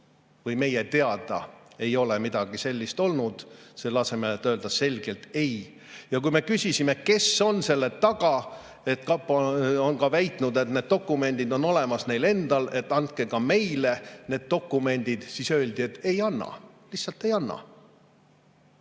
meie teada ei ole midagi sellist olnud, selle asemel, et öelda selgelt ei. Kui me küsisime, kes on selle taga – kapo on ka väitnud, et need dokumendid on olemas neil endal –, et andke ka meile need dokumendid, siis öeldi, et ei anna, lihtsalt ei anna.